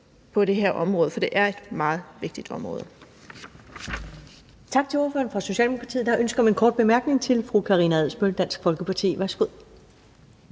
på det her område, for det er et meget vigtigt område.